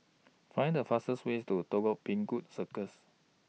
Find The fastest ways to Telok Paku Circus